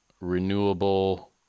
renewable